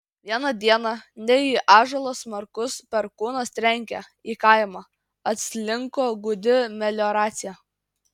vieną dieną ne į ąžuolą smarkus perkūnas trenkė į kaimą atslinko gūdi melioracija